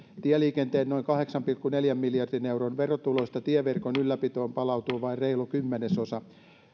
tieliikenteen noin kahdeksan pilkku neljän miljardin euron verotuloista tieverkon ylläpitoon palautuu vain reilu kymmenesosa